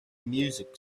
music